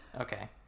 okay